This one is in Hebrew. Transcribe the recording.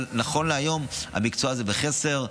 אבל נכון להיום המקצוע הזה בחסר,